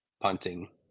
punting